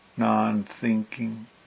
non-thinking